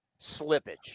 slippage